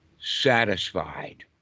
satisfied